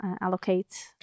allocate